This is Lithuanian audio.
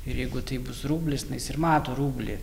ir jeigu tai bus rublis nu jis ir mato rublį